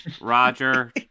roger